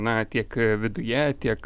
na tiek viduje tiek